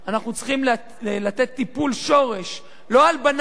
אנחנו צריכים לתת טיפול שורש, לא הלבנת שיניים,